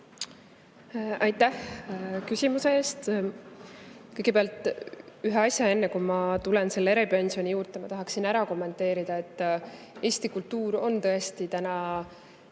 Aitäh küsimuse eest! Kõigepealt ühe asja, enne kui ma tulen nende eripensionide juurde, ma tahaksin ära kommenteerida. Eesti kultuur on tõesti täna